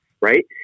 right